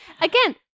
Again